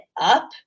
up